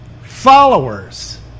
followers